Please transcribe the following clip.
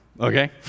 Okay